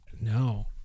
No